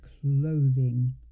clothing